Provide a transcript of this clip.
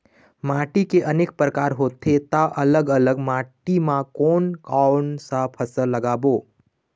माटी के अनेक प्रकार होथे ता अलग अलग माटी मा कोन कौन सा फसल लगाबो?